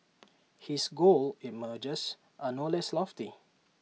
his goals IT emerges are no less lofty